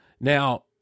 Now